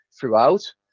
throughout